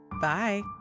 Bye